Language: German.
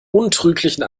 untrüglichen